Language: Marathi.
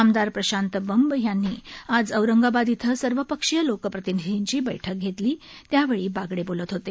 आमदार प्रशांत बंब यांनी आज औरंगाबाद इथं सर्वपक्षीय लोकप्रतिनीधींची बैठक घेतली त्यावेळी बागडे बोलत होते